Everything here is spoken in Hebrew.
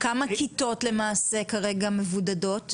כמה כיתות למעשה כרגע מבודדות?